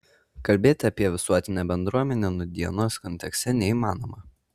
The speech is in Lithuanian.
kalbėti apie visuotinę bendruomenę nūdienos kontekste neįmanoma